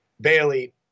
bailey